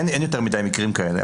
אין יותר מדי מקרים כאלה,